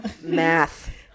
Math